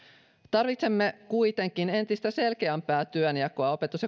tarvitsemme kuitenkin entistä selkeämpää työnjakoa opetus